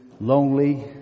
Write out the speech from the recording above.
lonely